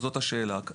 זאת השאלה.